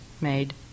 made